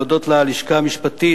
ללשכה המשפטית,